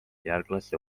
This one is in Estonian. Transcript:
järglasi